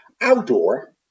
Outdoor